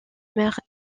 mère